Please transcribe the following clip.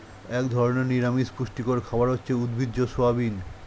এক ধরনের নিরামিষ পুষ্টিকর খাবার হচ্ছে উদ্ভিজ্জ সয়াবিন